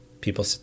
people